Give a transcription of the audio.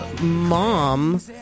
mom